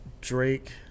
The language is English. Drake